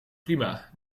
prima